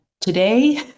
today